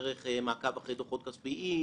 דרך מעקב אחרי דוחות כספיים,